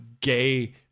gay